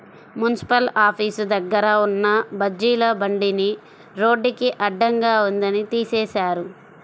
municipal office దగ్గర ఉన్న బజ్జీల బండిని రోడ్డుకి అడ్డంగా ఉందని తీసేశారు